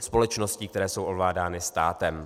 společností, které jsou ovládány státem.